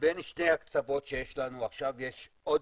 בין שני הקצוות שיש לנו עכשיו יש עוד